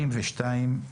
62%,